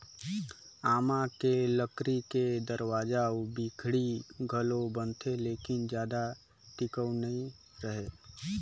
आमा के लकरी के दरवाजा अउ खिड़की घलो बनथे लेकिन जादा टिकऊ नइ रहें